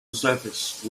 service